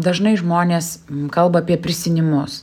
dažnai žmonės kalba apie prisinimus